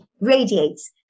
radiates